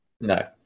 no